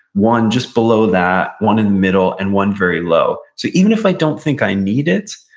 one just below that, one and middle, and one very low so even if i don't think i need it,